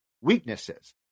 weaknesses